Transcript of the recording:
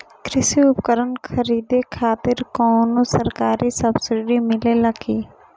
कृषी उपकरण खरीदे खातिर कउनो सरकारी सब्सीडी मिलेला की?